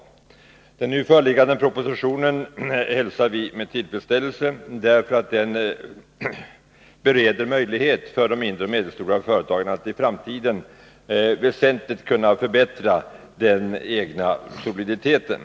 Vi hälsar den nu föreliggande propositionen med tillfredsställelse, därför att den bereder möjlighet för de mindre och medelstora företagen att i framtiden väsentligt förbättra den egna soliditeten.